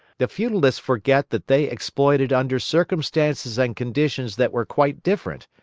the feudalists forget that they exploited under circumstances and conditions that were quite different,